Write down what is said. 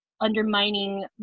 undermining